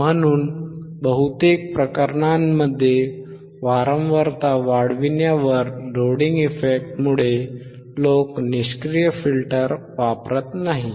म्हणूनच बहुतेक प्रकरणांमध्ये वारंवारता वाढविण्यावर लोडिंग इफेक्टमुळे लोक निष्क्रिय फिल्टर वापरत नाहीत